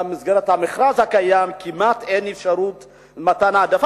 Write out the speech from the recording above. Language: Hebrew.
במסגרת המכרז הקיים, כמעט אין אפשרות לתת העדפה.